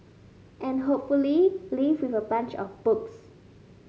and hopefully leave with a bunch of books